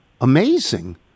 amazing